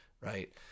right